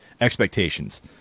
expectations